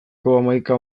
hamaika